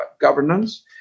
governance